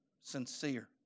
sincere